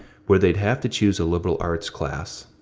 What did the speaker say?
where they'd have to choose a liberal arts class.